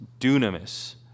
dunamis